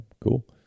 cool